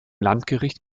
landgericht